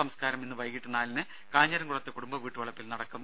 സംസ്കാരം ഇന്ന് വൈകീട്ട് നാലിന് കാഞ്ഞിരംകുളത്തെ കുടുംബ വീട്ടുവളപ്പിൽ നടക്കും